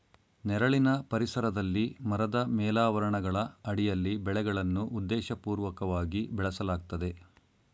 ನೆರಳಿನ ಪರಿಸರದಲ್ಲಿ ಮರದ ಮೇಲಾವರಣಗಳ ಅಡಿಯಲ್ಲಿ ಬೆಳೆಗಳನ್ನು ಉದ್ದೇಶಪೂರ್ವಕವಾಗಿ ಬೆಳೆಸಲಾಗ್ತದೆ